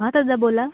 हां दादा बोला